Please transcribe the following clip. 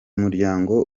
muryango